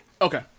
Okay